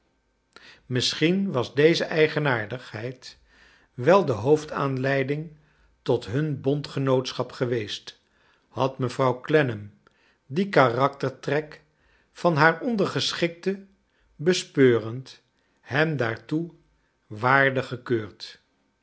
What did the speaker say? misschien was deze eigenaardigheid wel de hoofdaanleiding tot hun bondgenootschap geweest had mevrouw clennam dien karaktertrek van haar ondergeschikte bespeurend hem daartoe waardig gekeurd